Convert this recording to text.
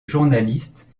journaliste